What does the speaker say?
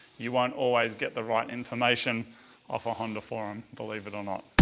you won't always get the right information off a honda forum. believe it or not.